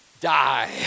die